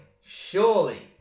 surely